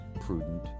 prudent